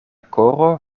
koro